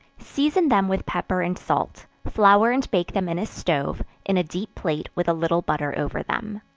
season them with pepper and salt flour and bake them in a stove, in a deep plate with a little butter over them.